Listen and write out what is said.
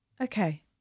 okay